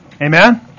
Amen